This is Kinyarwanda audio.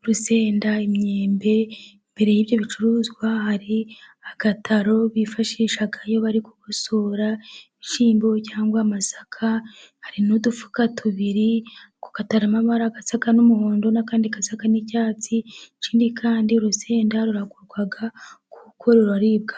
urusenda imyembe. Imbere y'ibyo bicuruzwa hari agataro bifashisha iyo bari kugosora ibishyimbo cyangwa amasaka. Hari n'udufuka tubiri. Ku gataro hariho amabara asa n'umuhondo n'andi asa n'icyatsi. Ikindi kandi urusenda ruragurwa kuko ruraribwa.